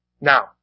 now